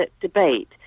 debate